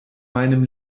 meinem